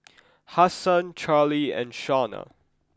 Hasan Charlee and Shawna